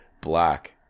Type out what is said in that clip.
black